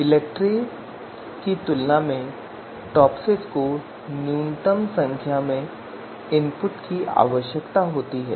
इलेक्ट्री की तुलना में टॉपसिस को न्यूनतम संख्या में इनपुट की आवश्यकता होती है